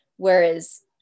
Whereas